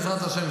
בעזרת השם,